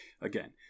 again